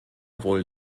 wohl